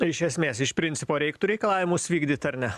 tai iš esmės iš principo reiktų reikalavimus vykdyt ar ne